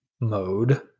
mode